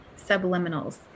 subliminals